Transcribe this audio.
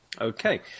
Okay